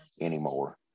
anymore